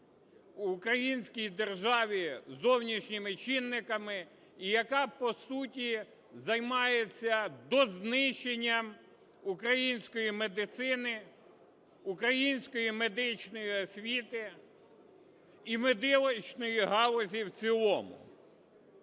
українській державі зовнішніми чинниками і яка по суті займається дознищенням української медицини, української медичної освіти і медичної галузі в цілому.